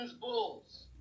Bulls